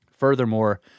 Furthermore